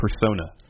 persona